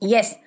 Yes